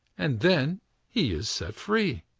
and then he is set free.